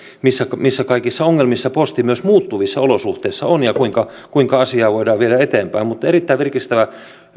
missä missä kaikissa ongelmissa posti myös muuttuvissa olosuhteissa on ja kuinka kuinka asiaa voidaan viedä eteenpäin mutta erittäin virkistävä